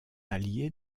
allié